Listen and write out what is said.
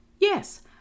Yes